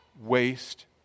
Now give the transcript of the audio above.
waste